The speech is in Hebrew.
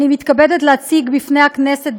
אני מתכבדת להציג לפני הכנסת,